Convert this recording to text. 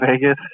Vegas